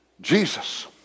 Jesus